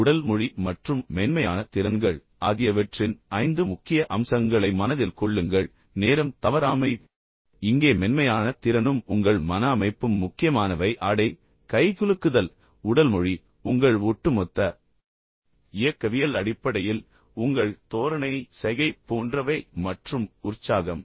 உடல் மொழி மற்றும் மென்மையான திறன்கள் ஆகியவற்றின் ஐந்து முக்கிய அம்சங்களை மனதில் கொள்ளுங்கள் நேரம் தவறாமை இங்கே மென்மையான திறனும் உங்கள் மன அமைப்பும் முக்கியமானவை ஆடை கைகுலுக்குதல் உடல் மொழி உங்கள் ஒட்டுமொத்த இயக்கவியல் அடிப்படையில் உங்கள் தோரணை சைகை போன்றவை மற்றும் உற்சாகம்